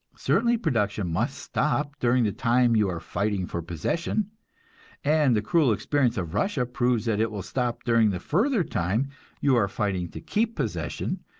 certainly production must stop during the time you are fighting for possession and the cruel experience of russia proves that it will stop during the further time you are fighting to keep possession,